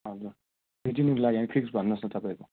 हजुर दुई तीन दिनको लागि होइन फिक्स भन्नुहोस् न तपाईँहरू